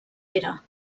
era